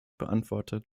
beantwortet